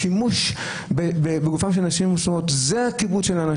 שימוש בגופן של נשים לא צנועות זה הדבר